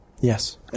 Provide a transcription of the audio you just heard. Yes